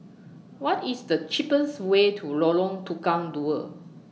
What IS The cheapest Way to Lorong Tukang Dua